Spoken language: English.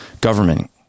government